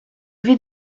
vis